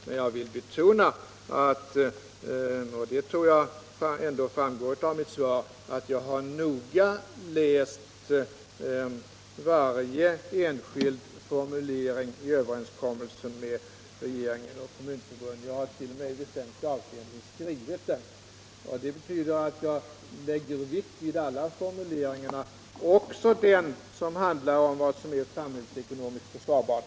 Men jag vill betona — och det tror jag ändå framgår av mitt svar — att jag noga har läst varje enskild formulering i överenskommelsen mellan regeringen och Kommunförbundet. Jag har t.o.m. i väsentliga avseenden skrivit den. Det betyder att jag lägger vikt vid alla formuleringar i den, också den formulering som handlar om vad som är samhällsekonomiskt försvarbart.